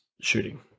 shooting